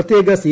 പ്രത്യേക സി